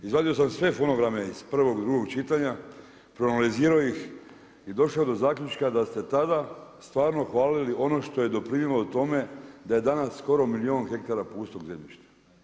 Izvadio sam sve fonograme iz prvog i drugog čitanja, proanalizirao ih i došao do zaključka da ste tada stvarno hvalili ono što je doprinijelo tome da je danas skoro milijun hektara pustog zemljišta.